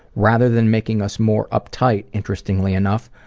rather than making us more uptight, interestingly enough,